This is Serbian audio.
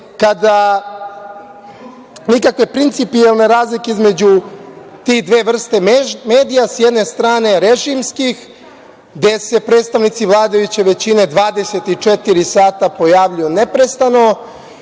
nikakve principijalne između te dve vrste medija, sa jedne strane, režimskih gde se predstavnici vladajuće većine 24 pojavljuju neprestano